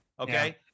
okay